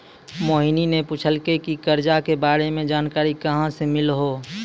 मोहिनी ने पूछलकै की करजा के बारे मे जानकारी कहाँ से मिल्हौं